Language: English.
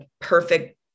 perfect